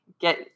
get